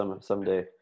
someday